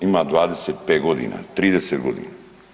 Ima 25 godina, 30 godina.